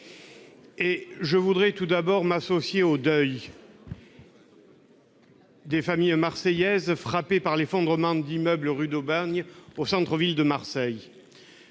Je voudrais tout d'abord m'associer au deuil des familles frappées par l'effondrement d'immeubles rue d'Aubagne, dans le centre-ville de Marseille.